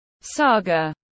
saga